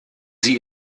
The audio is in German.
sie